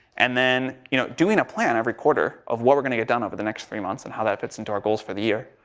and then, you know, doing a plan every quarter of what we're going to get down over the next three months and how that fits into our goals for the year,